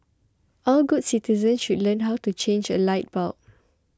all good citizens should learn how to change a light bulb